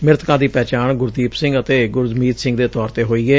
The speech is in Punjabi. ਮ੍ਰਿਤਕਾਂ ਦੀ ਪਹਿਚਾਣ ਗੁਰਦੀਪ ਸਿੰਘ ਅਤੇ ਗੁਰਮੀਤ ਸਿੰਘ ਦੇ ਤੌਰ ਤੇ ਹੋਈ ਏ